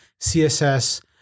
CSS